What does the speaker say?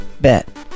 Bet